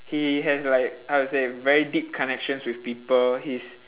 he has like how to say very deep connections with people he's